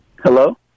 Hello